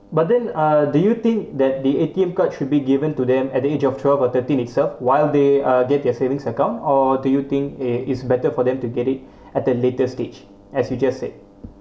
but then uh do you think that the A_T_M card should be given to them at the age of twelve or thirteen itself while they uh get their savings account or do you think eh it's better for them to get it at a later stage as you just said